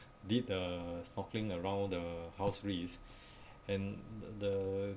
did the snorkeling around the house reef and the the